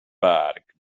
برگ